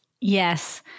Yes